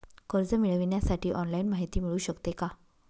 कर्ज मिळविण्यासाठी ऑनलाईन माहिती मिळू शकते का?